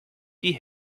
die